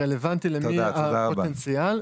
רלוונטי למי הפוטנציאל,